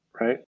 right